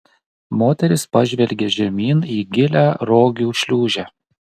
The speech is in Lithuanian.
moteris pažvelgė žemyn į gilią rogių šliūžę